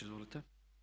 Izvolite.